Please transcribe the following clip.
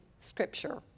scripture